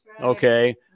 okay